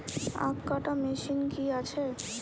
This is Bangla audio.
আখ কাটা মেশিন কি আছে?